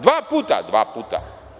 Dva puta – dva puta.